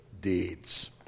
deeds